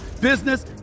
business